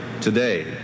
today